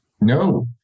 no